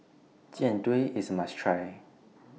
Jian Dui IS must Try